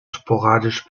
sporadisch